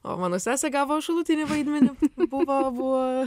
o mano sesė gavo šalutinį vaidmenį buvo buvo